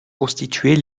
constituer